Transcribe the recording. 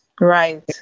Right